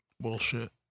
bullshit